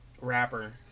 rapper